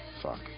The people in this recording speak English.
Fuck